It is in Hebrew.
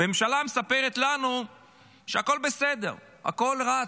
הממשלה מספרת לנו שהכול בסדר: הכול רץ,